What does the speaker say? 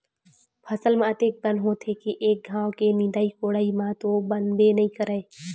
फसल म अतेक बन होथे के एक घांव के निंदई कोड़ई म तो बनबे नइ करय